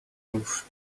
roof